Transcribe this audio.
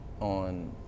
on